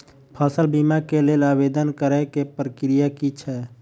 फसल बीमा केँ लेल आवेदन करै केँ प्रक्रिया की छै?